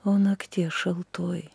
o naktie šaltoji